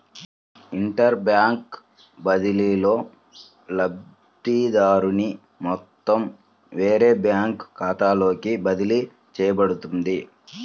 inter bank బదిలీలో, లబ్ధిదారుని మొత్తం వేరే బ్యాంకు ఖాతాలోకి బదిలీ చేయబడుతుంది